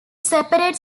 separate